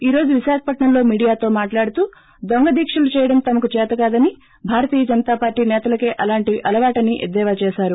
ఈ రోజు విశాఖపట్సంలో మీడియాతో మాట్లాడుతూ దొంగదీక్షలు చేయడం తమకు చేతకాదని భారతీయ జనతా పార్టీ నేతలకే అలాంటివి అలవాటని ఎద్దేవా చేశారు